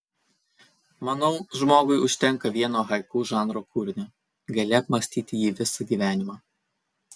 manau žmogui užtenka vieno haiku žanro kūrinio gali apmąstyti jį visą gyvenimą